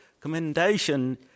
commendation